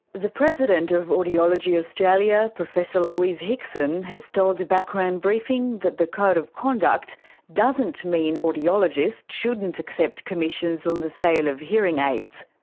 the president of audiology australia, professor louise hickson has told background briefing that the code of conduct doesn't mean audiologists shouldn't accept commissions on the sale of hearing aids.